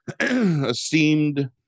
esteemed